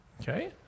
Okay